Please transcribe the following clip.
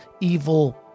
evil